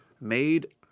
Made